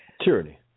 Tyranny